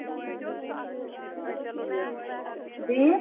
اچھا ٹھیٖک اچھا ٹھیٖک بیٚیہِ